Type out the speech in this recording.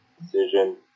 decision